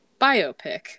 biopic